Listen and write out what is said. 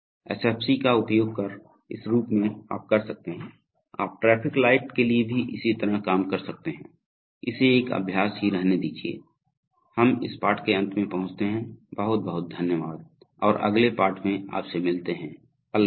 SFC का उपयोग कर इस रूप में आप कर सकते हैं आप ट्रैफिक लाइट के लिए भी इसी तरह काम कर सकते हैं इसे एक अभ्यास ही रहने दीजिये हम इस पाठ के अंत में पहुंचते हैं बहुत बहुत धन्यवाद और अगले पाठ में आपसे मिलते हैं अलविदा अलविदा